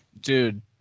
Dude